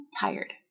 tired